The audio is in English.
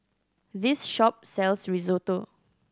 this shop sells Risotto